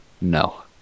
No